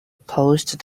posted